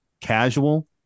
Casual